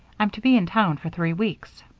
i'm to be in town for three weeks.